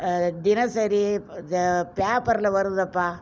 தினசரி பேப்பரில் வருதப்பா